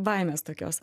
baimės tokios